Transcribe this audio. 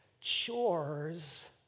Chores